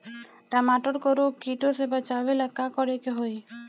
टमाटर को रोग कीटो से बचावेला का करेके होई?